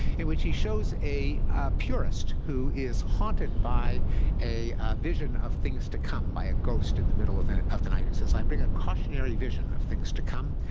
in which he shows a purist who is haunted by a vision of things to come, by a ghost in the middle of and of the night, and says i bring a cautionary vision of things to come.